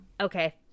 okay